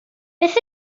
beth